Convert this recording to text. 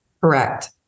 Correct